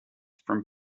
from